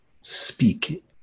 speak